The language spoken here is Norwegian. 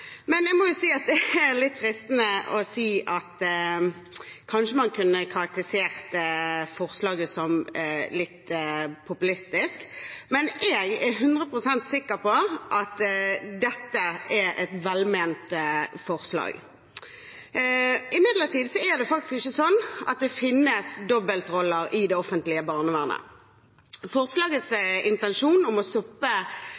men det er kanskje litt fristende å karakterisere forslaget som litt populistisk. Men jeg er 100 pst. sikker på at dette er et velment forslag. Imidlertid er det faktisk ikke sånn at det finnes dobbeltroller i det offentlige barnevernet. Forslagets